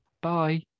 bye